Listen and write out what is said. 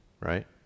right